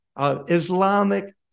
Islamic